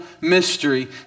mystery